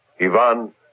Ivan